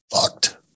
fucked